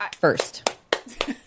first